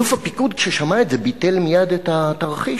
אלוף הפיקוד ששמע את זה ביטל מייד את התרחיש,